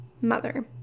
Mother